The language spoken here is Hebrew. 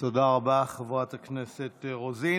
תודה רבה, חברת הכנסת רוזין.